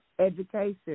Education